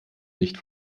nicht